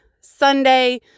Sunday